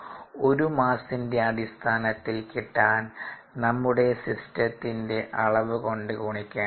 ഒരു മാസ്സിൻറെ അടിസ്ഥാനത്തിൽ കിട്ടാൻ നമ്മുടെ സിസ്റ്റത്തിന്റെ അളവ് കൊണ്ട് ഗുണിക്കേണ്ടതുണ്ട്